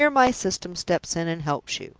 here my system steps in and helps you!